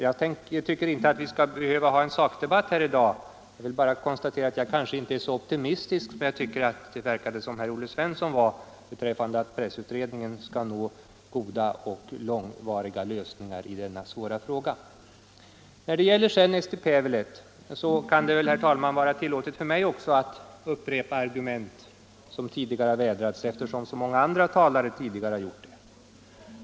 Jag tycker inte att vi skall behöva ha en sakdebatt i dag. Jag vill bara konstatera att jag kanske inte är så optimistisk som det verkade att Olle Svensson var, när det gäller pressutredningens möjligheter att komma fram till goda och långvariga lösningar i denna svåra fråga. När det sedan gäller Eesti Päevaleht kan det väl, herr talman, vara tillåtet också för mig att upprepa argument som tidigare har vädrats, liksom så många andra tidigare talare gjort.